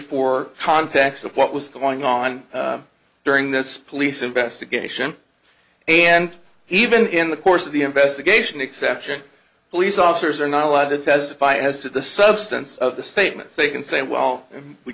for context of what was going on during this police investigation and even in the course of the investigation exception police officers are not allowed to testify as to the substance of the statements they can say well we